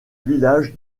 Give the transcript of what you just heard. village